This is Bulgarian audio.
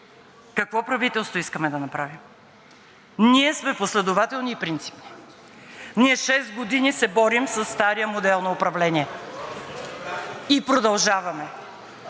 Какво правителство искаме да направим? Ние сме последователни и принципни. Ние шест години се борим със стария модел на управление (шум